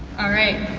alright,